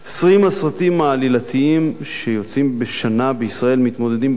20 הסרטים העלילתיים שיוצאים בשנה בישראל מתמודדים בכל